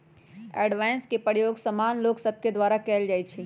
avoidance के प्रयोग सामान्य लोग सभके द्वारा कयल जाइ छइ